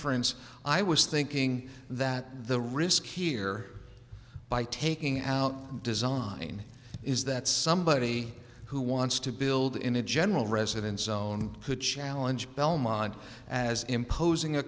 friends i was thinking that the risk here by taking out design is that somebody who wants to build in a general residence zone could challenge belmont as imposing a